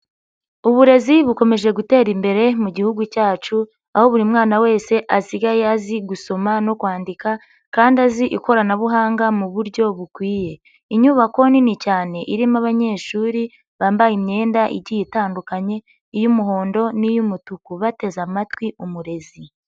Uburezi bukomeje gutera imbere mu Gihugu cyacu aho buri mwana wese asigaye azi gusoma no kwandika kandi azi ikoranabuhanga mu buryo bukwiye. Inyubako nini cyane irimo abanyeshuri bambaye imyenda igiye itandukanye iy'umuhondo n'iy'umutuku bateze amatwi umurezi.